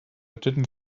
didn’t